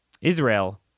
Israel